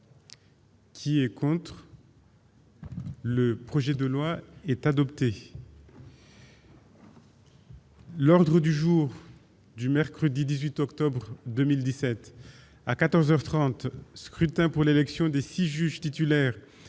Qui est contre. Le projet de loi est adopté. L'ordre du jour. Du mercredi 18 octobre 2017 à 14 heures 30 scrutin pour l'élection de 6 juges titulaires